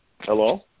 Hello